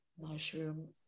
mushroom